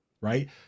right